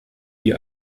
die